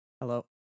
Hello